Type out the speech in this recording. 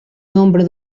nombre